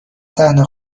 صحنه